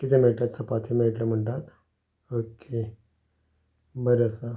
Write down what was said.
किदें मेळट चपाती मेळटली म्हणटात ओके बरें आसा